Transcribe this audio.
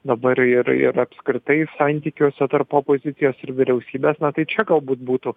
dabar ir ir apskritai santykiuose tarp opozicijos ir vyriausybės na tai čia galbūt būtų